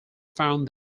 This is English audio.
found